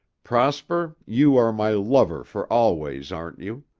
prosper, you are my lover for always, aren't you?